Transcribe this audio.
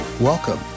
Welcome